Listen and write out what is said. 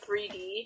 3D